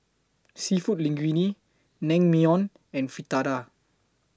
Seafood Linguine Naengmyeon and Fritada